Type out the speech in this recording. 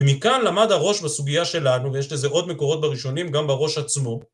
מכאן למד הראש בסוגיה שלנו ויש לזה עוד מקורות בראשונים גם בראש עצמו